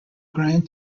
grand